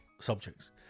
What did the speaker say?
subjects